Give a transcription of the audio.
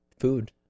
food